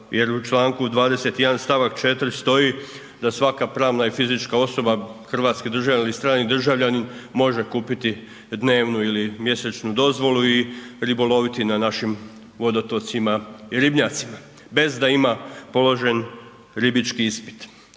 jer u čl. 21. st. 4 stoji da svaka pravna i fizička osoba, hrvatski državljanin ili strani državljanin može kupiti dnevnu ili mjesečnu dozvolu i riboloviti na našim vodotocima i ribnjacima bez da ima položen ribički ispit.